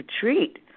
treat